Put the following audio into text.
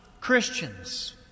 Christians